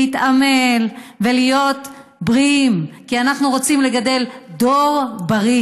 להתעמל ולהיות בריאים כי אנחנו רוצים לגדל דור בריא